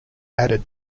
added